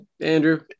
Andrew